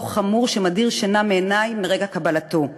דוח חמור שמדיר שינה מעיני מרגע קבלתו.